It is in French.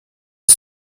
est